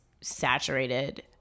saturated